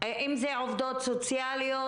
אם זה עובדות סוציאליות,